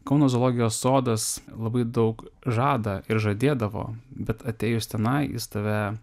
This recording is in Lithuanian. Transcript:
kauno zoologijos sodas labai daug žada ir žadėdavo bet atėjus tenai jis tave